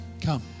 come